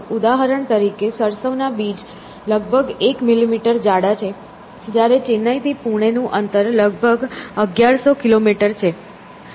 ઉદાહરણ તરીકે સરસવના બીજ લગભગ એક મીલીમીટર જાડા છે જ્યારે ચેન્નાઈથી પુણે નું અંતર લગભગ 1100 કિલોમીટર છે